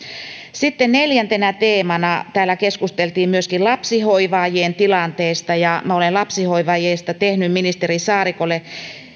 asiaa neljäntenä teemana täällä keskusteltiin myöskin lapsihoivaajien tilanteesta minä olen lapsihoivaajista tehnyt ministeri saarikolle